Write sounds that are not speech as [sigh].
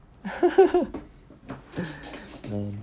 [laughs] mm